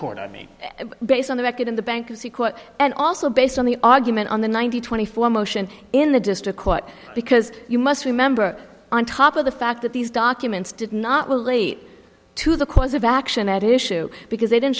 court i mean based on the record in the bankruptcy court and also based on the argument on the ninety twenty four motion in the district court because you must remember on top of the fact that these documents did not relate to the cause of action at issue because they didn't